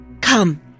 come